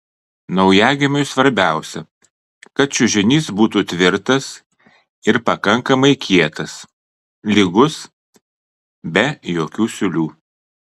naujagimiui svarbiausia kad čiužinys būtų tvirtas ir pakankamai kietas lygus be jokių siūlių